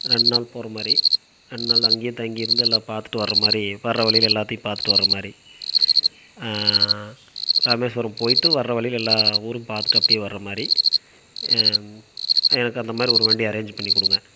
ரெண்டு நாள் போகிற மாதிரி ரெண்டு நாள் அங்கேயே தங்கி இருந்து எல்லாம் பார்த்துட்டு வரற மாதிரி வரற வழியில எல்லாத்தையும் பார்த்துட்டு வரற மாதிரி ராமேஸ்வரம் போயிட்டு வரற வழியில் எல்லாம் ஊரும் பார்த்துட்டு அப்டியே வரற மாதிரி எனக்கு அந்த மாதிரி ஒரு வண்டி அரேஞ் பண்ணிக்குடுங்க